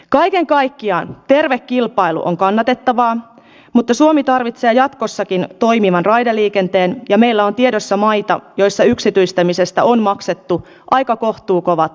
kaiken kaikkiaan terve kilpailu on kannatettavaa mutta suomi tarvitsee jatkossakin toimivan raideliikenteen ja meillä on tiedossa maita joissa yksityistämisestä on maksettu aika kohtuukovat oppirahat